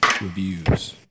reviews